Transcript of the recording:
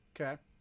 Okay